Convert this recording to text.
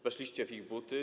Weszliście w ich buty.